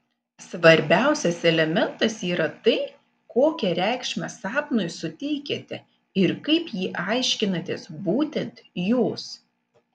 svarbiausias elementas yra tai kokią reikšmę sapnui suteikiate ir kaip jį aiškinatės būtent jūs